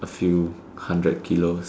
a few hundred kilos